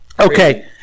Okay